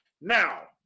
Now